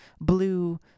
blue